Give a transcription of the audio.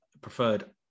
preferred